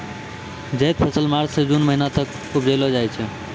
जैद फसल मार्च सें जून महीना तक उपजैलो जाय छै